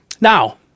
Now